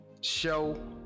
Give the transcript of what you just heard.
show